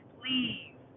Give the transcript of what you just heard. please